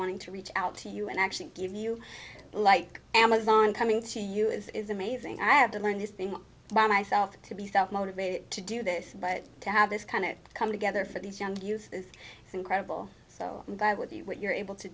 wanting to reach out to you and actually give you like amazon coming to you is amazing i have to learn this thing about myself to be self motivated to do this but to have this kind of come together for these young years is incredible so what you're able to